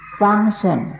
function